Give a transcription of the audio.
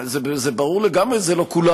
ברור לגמרי שזה לא כולם.